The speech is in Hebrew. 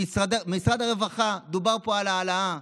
במשרד הרווחה דובר על העלאה,